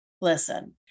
Listen